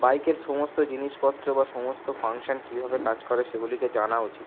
বাইকের সমস্ত জিনিসপত্র বা সমস্ত ফাংশন কীভাবে কাজ করে সেগুলিকে জানা উচিত